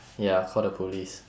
ya call the police